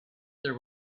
there